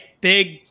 Big